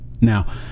Now